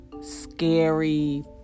scary